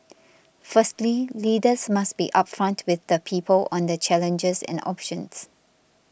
firstly leaders must be upfront with the people on the challenges and options